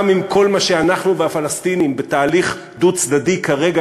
גם אם כל מה שאנחנו והפלסטינים בתהליך דו-צדדי כרגע,